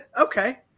Okay